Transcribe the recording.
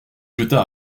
jeta